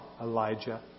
Elijah